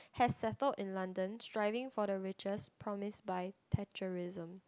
has settled in London striving for the riches promise by Thatcherism